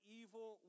evil